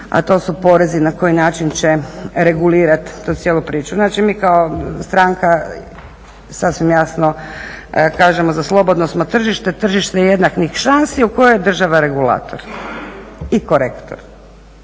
a to su porezi i na koji način će regulirati tu cijelu priču. Znači, mi kao stranka sasvim jasno kažemo za slobodno smo tržište, tržište jednakih šansi u kojoj je država regulator i korektor.